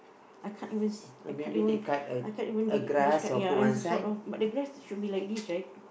I can't even see I can't even I can't even d~ describe ya sort of but the grass should be like this right